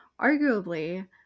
arguably